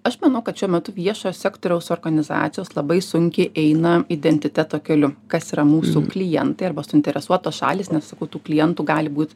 aš manau kad šiuo metu viešojo sektoriaus organizacijos labai sunkiai eina identiteto keliu kas yra mūsų klientai arba suinteresuotos šalys nes sakau tų klientų gali būt